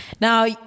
Now